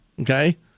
Okay